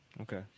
Okay